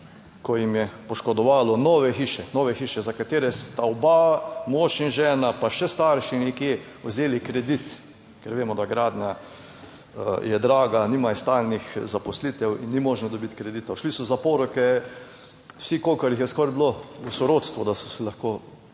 ko jim je poškodovalo nove hiše, za katere sta oba, mož in žena pa še starši nekje vzeli kredit, ker vemo, da gradnja je draga, nimajo stalnih zaposlitev in ni možno dobiti kreditov. Šli so v za poroke vsi, kolikor jih je skoraj bilo v sorodstvu, da so si lahko